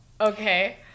Okay